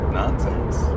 nonsense